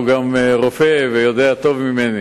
הוא גם רופא ויודע טוב ממני.